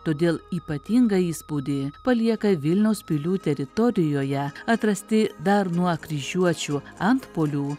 todėl ypatingą įspūdį palieka vilniaus pilių teritorijoje atrasti dar nuo kryžiuočių antpuolių